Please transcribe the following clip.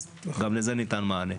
אז גם לזה ניתן מענה.